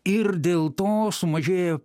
ir dėl to sumažėjo